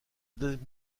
deuxième